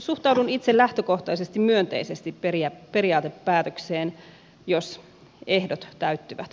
suhtaudun itse lähtökohtaisesti myönteisesti periaatepäätökseen jos ehdot täyttyvät